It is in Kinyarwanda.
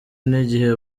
n’igihe